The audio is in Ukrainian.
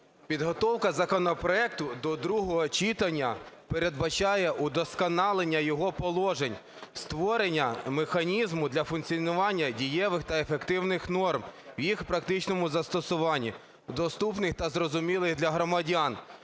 підготовка законопроекту до другого читання передбачає удосконалення його положень, створення механізму для функціонування дієвих та ефективних норм, в їх практичному застосуванні, доступних та зрозумілих для громадян.